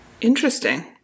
Interesting